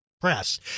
press